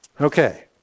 Okay